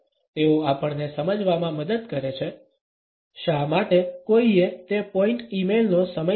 તેઓ આપણને સમજવામાં મદદ કરે છે શા માટે કોઈએ તે પોઈંટ ઇમેઇલનો સમય કહ્યો